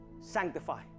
Sanctify